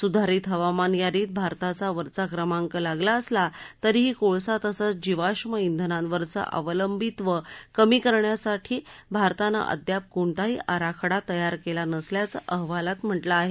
सुधारित हवामान यादीत भारताचा वरचा क्रमांक लागला असला तरीही कोळसा तसंच जीवाष्म श्विनावरचं अवलंबित्व कमी करण्यासाठी भारतानं अद्याप कोणताही आराखडा तयार केला नसल्याचं अहवालात म्हटलं आहे